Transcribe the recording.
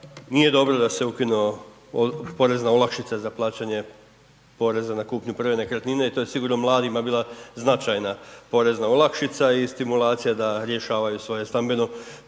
nije dobro da se ukinula porezna olakšica za plaćanje poreza na kupnju prve nekretnine i to je sigurno mladima bila značajna porezna olakšica i stimulacija da rješavaju svoje stambeno